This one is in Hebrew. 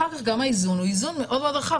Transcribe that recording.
אחר כך גם האיזון הוא איזון מאוד רחב.